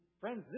Friends